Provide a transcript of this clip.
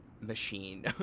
machine